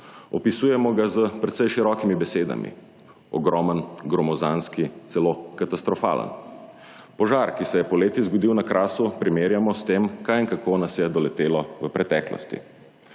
Opisujemo ga s precej širokimi besedami: ogromen, gromozanski, celo katastrofalen. Položaj, ki se je poleti zgodil na Krasu, primerjamo s tem, kaj in kako nas je doletelo v preteklosti.